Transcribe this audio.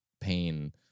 pain